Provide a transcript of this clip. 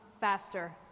faster